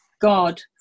God